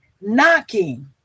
knocking